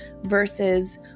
versus